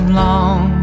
long